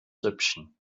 süppchen